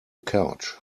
couch